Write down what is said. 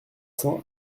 cents